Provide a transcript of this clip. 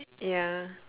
ya